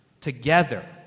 together